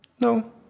No